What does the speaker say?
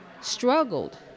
struggled